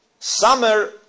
Summer